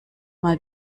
mal